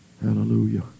Hallelujah